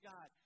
God